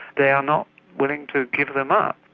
they are not willing to give them up.